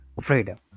freedom